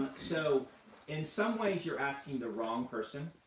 so in some ways you're asking the wrong person,